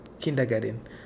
kindergarten